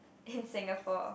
in Singapore